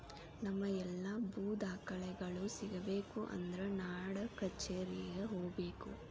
ನಮ್ಮ ಎಲ್ಲಾ ಭೂ ದಾಖಲೆಗಳು ಸಿಗಬೇಕು ಅಂದ್ರ ನಾಡಕಛೇರಿಗೆ ಹೋಗಬೇಕು